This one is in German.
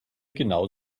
genau